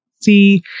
see